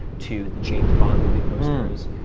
to the james bond movie posters,